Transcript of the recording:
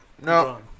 No